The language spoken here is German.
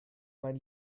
mein